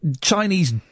Chinese